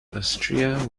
austria